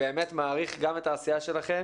באמת מעריך גם את העשייה שלכם